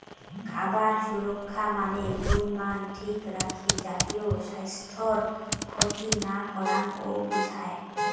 খাবার সুরক্ষা মানে গুণমান ঠিক রাখি জাতীয় স্বাইস্থ্যর ক্ষতি না করাং ও বুঝায়